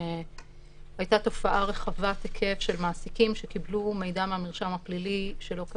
הייתה תופעה רחבת היקף של מעסיקים שקיבלו מידע מהמרשם הפלילי שלא כדין.